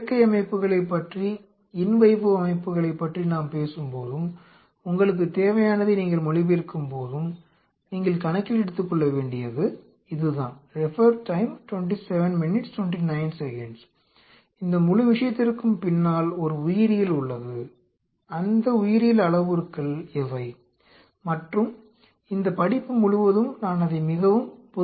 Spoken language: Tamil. செயற்கை அமைப்புகளைப் பற்றி இன் வைவோ அமைப்புகளைப் பற்றி நாம் பேசும்போதும் உங்களுக்குத் தேவையானதை நீங்கள் மொழிபெயர்க்கும்போதும் நீங்கள் கணக்கில் எடுத்துக்கொள்ள வேண்டியது மாற்றிக் கூற முயற்சிப்பேன்